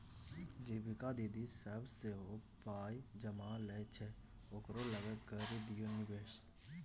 जीविका दीदी सभ सेहो पाय जमा लै छै ओकरे लग करि दियौ निवेश